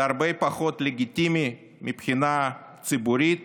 זה הרבה פחות לגיטימי מבחינה ציבורית